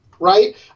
Right